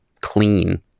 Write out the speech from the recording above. clean